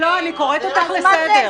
אני קוראת אותך לסדר.